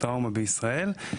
בישראל.